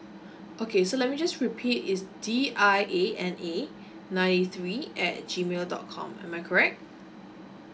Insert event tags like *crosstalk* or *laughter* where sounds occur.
*breath* okay so let me just repeat it's D I A N A *breath* ninety three at G mail dot com am I correct